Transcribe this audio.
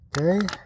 Okay